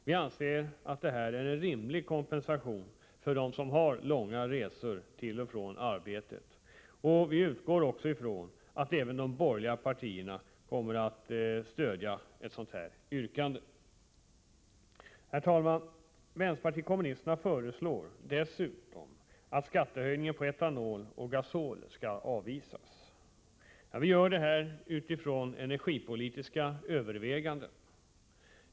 Vi anser att detta är en rimlig kompensation för dem som har långa resor till och från arbetet, och vi utgår från att även de borgerliga partierna kommer att stödja ett sådant yrkande. Herr talman! Vänsterpartiet kommunisterna föreslår dessutom att förslaget om skattehöjning på etanol och gasol skall avvisas. Vi gör det utifrån energipolitiska överväganden.